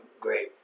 great